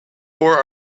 tore